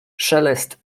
szelest